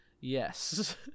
Yes